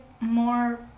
more